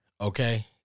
okay